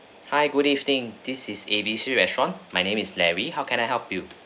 hi good evening this is A B C restaurant my name is larry how can I help you